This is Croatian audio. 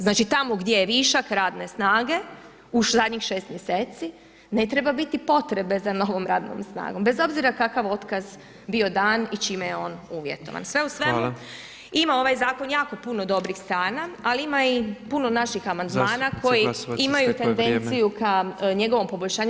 Znači tamo gdje je višak radne snage u zadnjih 6 mjeseci ne treba biti potrebe za novom radnom snagom bez obzira kakav otkaz bio dan i čime je on uvjetovan Sve u svemu ima ovaj zakon jako puno dobrih strani, ali ima i puno naših amandmana [[Upadica Petrov: Zastupnice Glasovac, isteklo je vrijeme.]] Koji imaju tendenciju k njegovom poboljšanju.